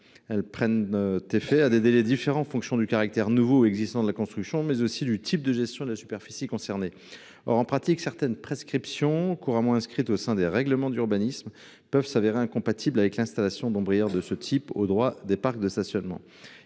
Elles prennent effet à des délais différents en fonction du caractère nouveau ou existant de la construction, mais aussi du type de gestion et de la superficie concernée. Or, en pratique, certaines prescriptions couramment inscrites dans les règlements d’urbanisme peuvent se révéler incompatibles avec l’installation d’ombrières de ce type au droit des parcs de stationnement.